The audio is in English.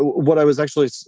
what i was actually.